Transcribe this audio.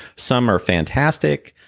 some are fantastic.